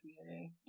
community